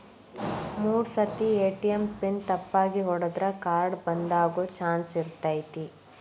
ಮೂರ್ ಸರ್ತಿ ATM pin ತಪ್ಪಾಗಿ ಹೊಡದ್ರ ಕಾರ್ಡ್ ಬಂದಾಗೊ ಚಾನ್ಸ್ ಇರ್ತೈತಿ